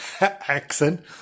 Accent